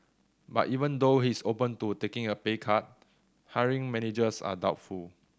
but even though he is open to taking a pay cut hiring managers are doubtful